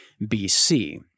BC